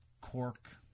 cork